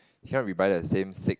you cannot re buy the same sick